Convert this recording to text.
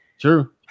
True